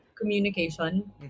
communication